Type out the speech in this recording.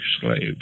slaves